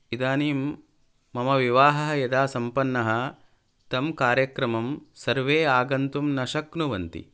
इदानीं मम विवाहः यदा सम्पन्नः तं कार्यक्रमं सर्वे आगन्तुं न शक्नुवन्ति